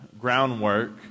groundwork